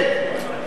כן,